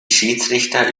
schiedsrichter